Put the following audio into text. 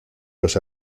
los